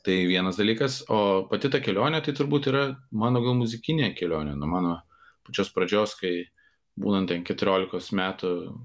tai vienas dalykas o pati ta kelionė tai turbūt yra mano gal muzikinė kelionė nuo mano pačios pradžios kai būnant ten keturiolikos metų